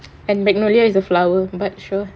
and magnolia is a flower but sure